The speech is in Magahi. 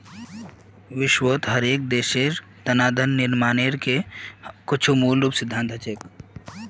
विश्वत हर एक देशेर तना धन निर्माणेर के कुछु मूलभूत सिद्धान्त हछेक